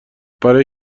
برای